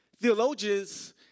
theologians